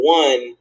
one